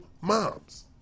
moms